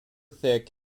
thick